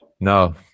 No